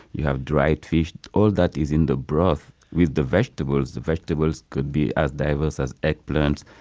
you have dried fish. all that is in the broth with the vegetables. the vegetables could be as diverse as eggplant,